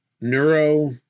Neuro